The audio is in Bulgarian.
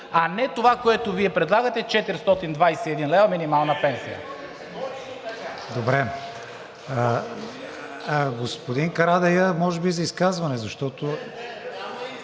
а не това, което Вие предлагате – 421 лв. минимална пенсия.